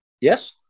Yes